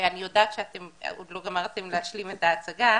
אני יודעת שעוד לא גמרתם להשלים את ההצגה,